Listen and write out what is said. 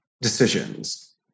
decisions